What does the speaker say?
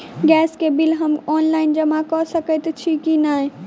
Gas केँ bill हम online जमा कऽ सकैत छी की नै?